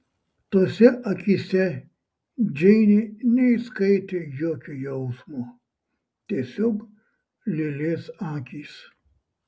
tose akyse džeinė neįskaitė jokio jausmo tiesiog lėlės akys